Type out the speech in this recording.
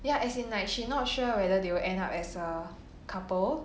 ya as in like she not sure whether they will end up as a couple